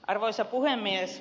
arvoisa puhemies